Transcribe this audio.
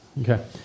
Okay